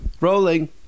Rolling